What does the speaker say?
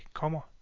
kommer